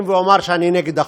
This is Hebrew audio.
אקדים ואומר שאני נגד החוק.